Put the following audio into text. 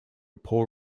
poor